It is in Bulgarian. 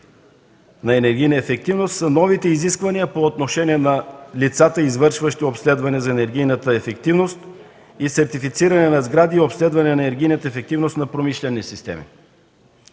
зана енергийна ефективност, са новите изисквания по отношение на лицата, извършващи обследване за енергийната ефективност и сертифициране на сгради и обследване на енергийната ефективност на промишлени системи.